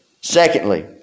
Secondly